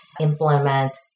implement